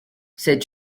c’est